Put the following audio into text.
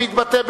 המתבטא,